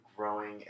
Growing